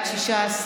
בעד, 16,